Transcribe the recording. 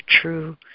true